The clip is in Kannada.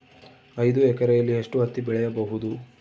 ಐದು ಎಕರೆಯಲ್ಲಿ ಎಷ್ಟು ಹತ್ತಿ ಬೆಳೆಯಬಹುದು?